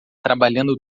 trabalhando